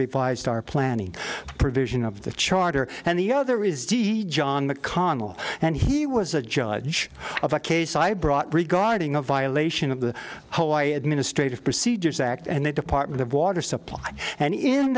revised our planning provision of the charter and the other is d john mcconnell and he was a judge of a case i brought regarding a violation of the whole i administrative procedures act and the department of water supply and in